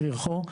אזרחי,